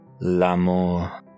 l'amour